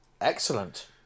Excellent